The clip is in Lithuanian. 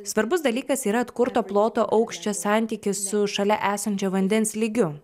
svarbus dalykas yra atkurto ploto aukščio santykis su šalia esančio vandens lygiu